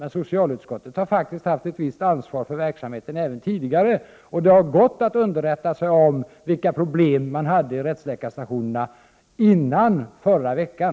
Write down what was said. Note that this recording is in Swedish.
Men socialutskottet har faktiskt haft ett visst ansvar för verksamheten även tidigare, och det hade gått att underrätta sig om vilka problem man hade på rättsläkarstationerna före förra veckan.